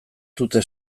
dute